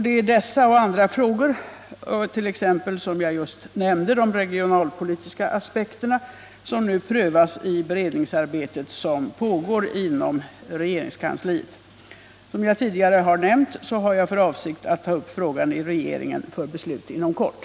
Det är dessa och andra frågor, t.ex. de regionalpolitiska aspekter som jag nämnde, som nu prövas i det beredningsarbete som pågår inom regeringskansliet. Som jag tidigare nämnde har jag för avsikt att ta upp frågan i regeringen för beslut inom kort.